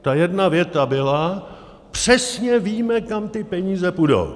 Ta jedna věta byla přesně víme, kam ty peníze půjdou.